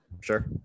Sure